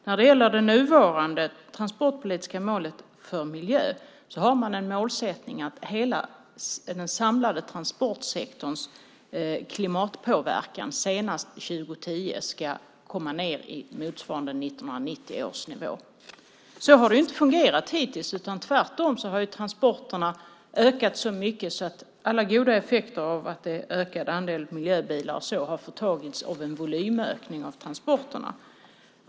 När det gäller det nuvarande transportpolitiska målet för miljö har man som målsättning att hela den samlade transportsektorns klimatpåverkan senast 2010 ska komma ned i motsvarande 1990 års nivå. Så har det inte fungerat hittills. Tvärtom har ju transporterna ökat så mycket att alla goda effekter av den ökade andelen miljöbilar har förtagits av en volymökning av transporterna.